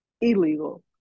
illegal